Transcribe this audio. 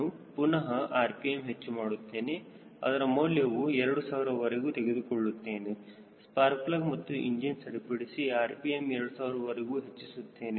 ನಾನು ಪುನಹ rpm ಹೆಚ್ಚು ಮಾಡುತ್ತೇನೆ ಅದರ ಮೌಲ್ಯವನ್ನು 2000ವರೆಗೂ ತೆಗೆದುಕೊಳ್ಳುತ್ತೇನೆ ಸ್ಪಾರ್ಕ್ ಪ್ಲಗ್ಮತ್ತು ಇಂಜಿನ್ ಸರಿಪಡಿಸಿ rpm 2000ವರೆಗೂ ಹೆಚ್ಚಿಸುತ್ತೇವೆ